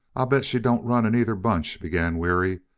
i'll bet she don't run in either bunch, began weary.